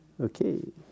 Okay